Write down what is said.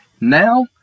now